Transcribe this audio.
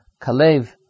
Kalev